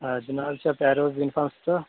حظ یہِ نہ حظ چھِ فیروز انفراسٹرا